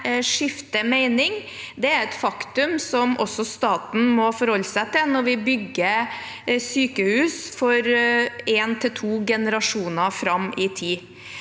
skifter mening, er et faktum som staten må forholde seg til når vi bygger sykehus for en til to generasjoner fram i tid.